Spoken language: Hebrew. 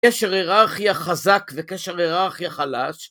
קשר היררכיה חזק וקשר היררכיה חלש